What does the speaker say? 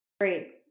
Great